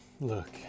Look